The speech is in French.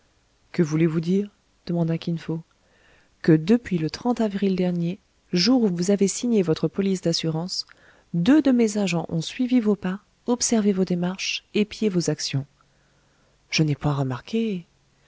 que voulez-vous dire demanda kin fo que depuis le avril dernier jour où vous avez signé votre police d'assurance deux de mes agents ont suivi vos pas observé vos démarches épié vos actions je n'ai point remarqué